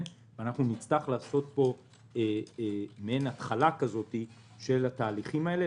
אנחנו נצטרך לעשות פה מעין התחלה של התהליכים האלה.